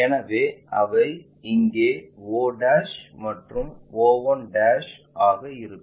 எனவே அவை இங்கே o மற்றும் o 1 ஆக இருக்கும்